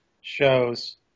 shows